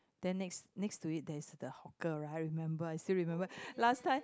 then next next to it there's the hawker right remember I still remember last time